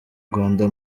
rwanda